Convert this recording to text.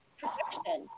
protection